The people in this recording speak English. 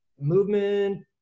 movement